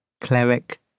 cleric